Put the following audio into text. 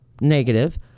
negative